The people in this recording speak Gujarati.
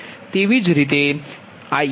તેવી જ રીતે If23 j1